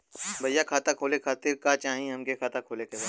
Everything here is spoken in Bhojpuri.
भईया खाता खोले खातिर का चाही हमके खाता खोले के बा?